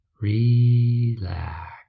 relax